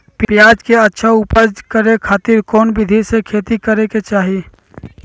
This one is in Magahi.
प्याज के अच्छा उपज करे खातिर कौन विधि से खेती करे के चाही?